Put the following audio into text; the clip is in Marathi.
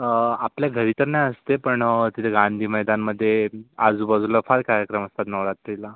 आपल्या घरी तर नाही असते पण तिथे गांधी मैदानमधे आजूबाजूला फार कार्यक्रम असतात नवरात्रीला